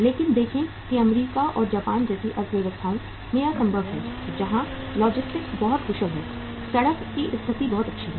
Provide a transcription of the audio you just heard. लेकिन देखें कि अमेरिका और जापान जैसी अर्थव्यवस्थाओं में यह संभव है जहां लॉजिस्टिक्स बहुत कुशल हैं सड़क की स्थिति बहुत अच्छी है